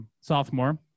sophomore